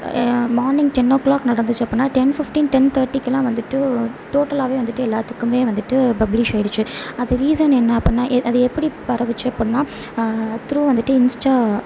morning ten o'clock நடந்துச்சு அப்படின்னா ten fifteen ten தார்ட்டிக்குலாம் வந்துவிட்டு டோட்டலாகவே வந்துவிட்டு எல்லாத்துக்குமே வந்துவிட்டு பப்ளிஷ் ஆயிடுச்சு அது ரீசன் என்ன அப்படின்னா எ அது எப்படி பரவுச்சு அப்படின்னா த்ரூவ் வந்து இன்ஸ்டா